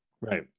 Right